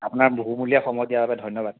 আপোনাৰ বহুমূলীয়া সময় দিয়া বাবে ধন্যবাদ